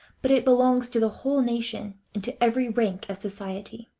but it belongs to the whole nation, and to every rank of society.